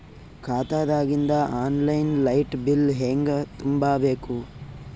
ಖಾತಾದಾಗಿಂದ online light bill ಹೇಂಗ ತುಂಬಾ ಬೇಕು?